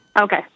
Okay